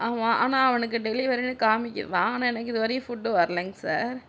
ஆமாம் ஆனால் அவனுக்கு டெலிவரினு காமிக்கிதாம் ஆனால் எனக்கு இதுவரையும் ஃபுட் வரலைங் சார்